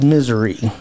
Misery